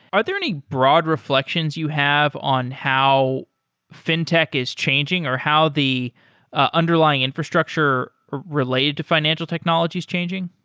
are there any broad reflections you have on how fintech is changing or how the ah underlying infrastructure related to financial technology is changing?